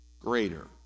greater